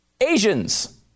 Asians